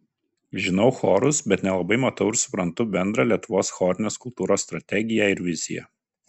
žinau chorus bet nelabai matau ir suprantu bendrą lietuvos chorinės kultūros strategiją ir viziją